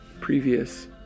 previous